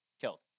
killed